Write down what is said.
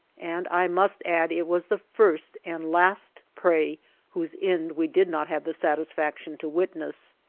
and i must add it was the first and last prey whose end we did not have the satisfaction to witness.